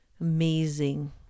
amazing